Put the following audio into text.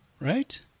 right